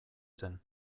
zen